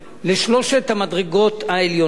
לשלוש המדרגות העליונות.